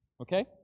Okay